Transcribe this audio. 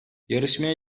yarışmaya